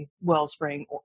Wellspring